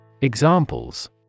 Examples